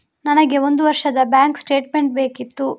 ನನಗೆ ಒಂದು ವರ್ಷದ ಬ್ಯಾಂಕ್ ಸ್ಟೇಟ್ಮೆಂಟ್ ಬೇಕಿತ್ತು